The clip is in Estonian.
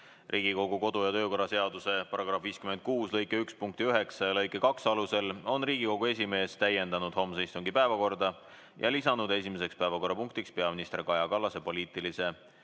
Riigikogu kodu‑ ja töökorra seaduse § 56 lõike 1 punkti 9 ja lõike 2 alusel on Riigikogu esimees täiendanud homse istungi päevakorda ja lisanud esimeseks päevakorrapunktiks peaminister Kaja Kallase poliitilise